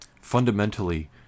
fundamentally